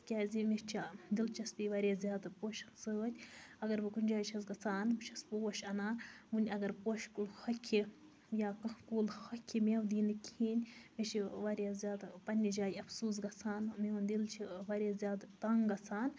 تِکیازِ مےٚ چھِ دِلچَپی واریاہ زیادٕ پوشَن سۭتۍ اَگر بہٕ کُنہِ جایہِ چھَس گژھان بہٕ چھَس پوش اَنان ونہِ اَگر پوشہٕ کُلۍ ہوٚکھہِ یا کانٛہہ کُلۍ ہوٚکھہِ میوٕ دِی نہٕ کِہینۍ مےٚ چھُ واریاہ زیادٕ پَنٕنہِ جایہِ اَفسوٗس گژھان میون دِل چھُ واریاہ زیادٕ تَنگ گژھان